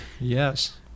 Yes